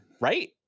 right